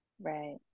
right